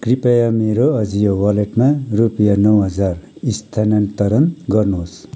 कृपया मेरो अजियो वालेटमा रुपियाँ नौ हजार स्थानान्तरण गर्नुहोस्